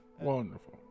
Wonderful